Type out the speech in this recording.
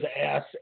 ass